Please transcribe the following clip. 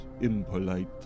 impolite